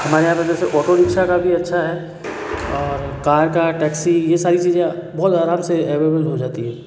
हमारे यहाँ पर जैसे ऑटो रिक्शा का भी अच्छा है और कार का टैक्सी ये सारी चीज़ें बहुत आराम से अवेलेबल हो जाती है